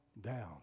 down